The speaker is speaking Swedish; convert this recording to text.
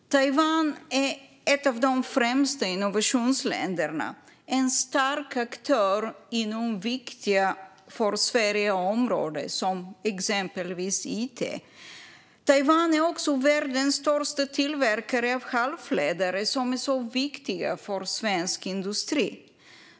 Taiwan är ett av de främsta innovationsländerna och en stark aktör inom för Sverige viktiga områden som it. Taiwan är också världens största tillverkare av halvledare, som är viktiga för svensk industri.